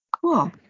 Cool